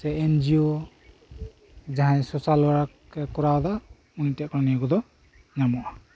ᱥᱮ ᱮᱱᱡᱤᱭᱳ ᱡᱟᱦᱟᱸᱭ social work ᱮ ᱠᱚᱨᱟᱣ ᱫᱟ ᱩᱱᱤ ᱴᱷᱮᱱ ᱠᱷᱚᱱ ᱱᱤᱭᱟᱹ ᱠᱚᱫᱚ ᱧᱟᱢᱚᱜᱼᱟ